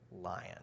lion